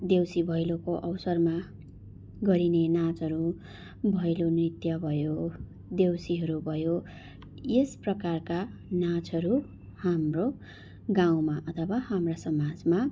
देउसी भैलोको अवसरमा गरिने नाचहरू भैलो नृत्य भयो देउसीहरू भयो यस प्रकारका नाचहरू हाम्रो गाउँमा अथवा हाम्रा समाजमा